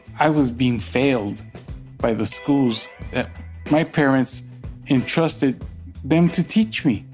i was being failed by the schools that my parents entrusted them to teach me.